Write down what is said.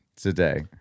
today